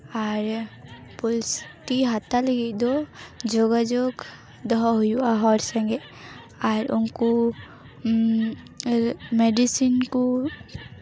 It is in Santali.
ᱟᱨ ᱯᱩᱥᱴᱤ ᱦᱟᱛᱟᱣ ᱞᱟᱹᱜᱤᱫ ᱫᱚ ᱡᱳᱜᱟᱡᱳᱜᱽ ᱫᱚᱦᱚ ᱦᱩᱭᱩᱜᱼᱟ ᱦᱚᱲ ᱥᱚᱝᱜᱮᱜ ᱟᱨ ᱩᱱᱠᱩ ᱢᱮᱰᱤᱥᱤᱱ ᱠᱚ